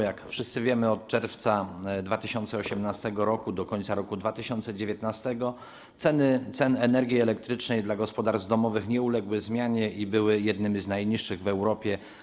Jak wszyscy wiemy, od czerwca 2018 r. do końca roku 2019 ceny energii elektrycznej dla gospodarstw domowych nie uległy zmianie i były jednymi z najniższych w Europie.